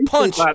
Punch